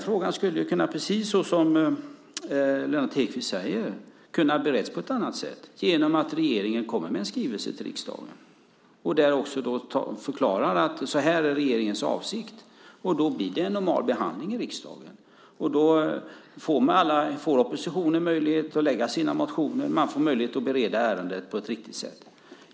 Frågan skulle, precis som Lennart Hedquist säger, ha kunnat beredas på ett annat sätt, till exempel genom att regeringen lade fram en skrivelse för riksdagen. Där hade regeringen kunnat förklara sin avsikt. Då blir det en normal behandling i riksdagen. Då får oppositionen möjlighet att väcka sina motioner, och det blir möjligt att bereda ärendet på ett riktigt sätt.